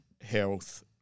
Health